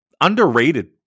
underrated